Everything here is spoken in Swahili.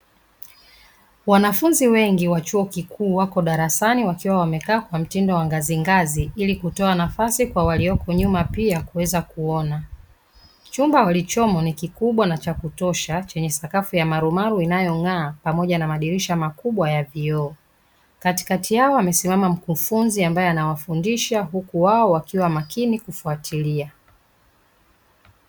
Wanafunzi wengi wa chuo kikuu wako darasani wakiwa wamekaa kwa mtindo wa ngazingazi ili kutoa nafasi kwa waliopo nyuma pia kuweza kuona, chumba walichomo ni kikubwa na cha kutosha chenye sakafu ya marumaru inayong'aa pamoja na madirisha makubwa ya vioo, katikati yao amesimama mkufunzi ambaye anawafundisha huku wao wakiwa makini kufuatilia.